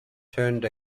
turned